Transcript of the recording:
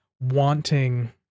wanting